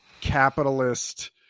capitalist